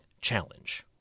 challenge